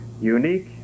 unique